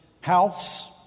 house